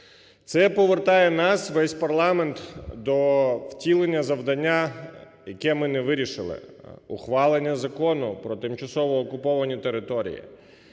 Це повертає нас, весь парламент, до втілення завдання, яке ми не вирішили: ухвалення Закону про тимчасово окуповані території.